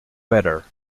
better